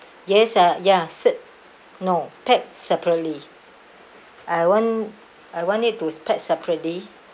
yes uh ya sit no pack separately I want I want it to pack separately